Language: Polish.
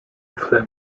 wafle